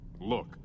Look